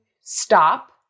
stop